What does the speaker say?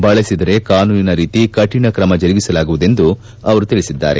ಬಳಸಿದರೆ ಕಾನೂನಿನ ರೀತಿ ಕಠಿಣ ಕ್ರಮ ಜರುಗಿಸಲಾಗುವುದೆಂದು ತಿಳಿಸಿದ್ದಾರೆ